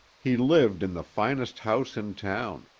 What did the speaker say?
he lived in the finest house in town,